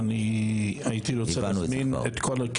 ואני הייתי רוצה להזמין את כל --- דיברנו על זה כבר.